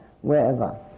wherever